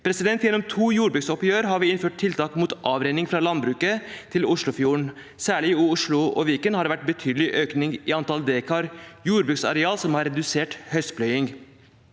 – Gjennom to jordbruksoppgjør har vi innført tiltak mot avrenning fra landbruket til Oslofjorden. Særlig i Oslo og Viken har det vært en betydelig økning i antall dekar jordbruksareal som har redusert høstpløying.